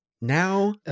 now